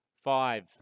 five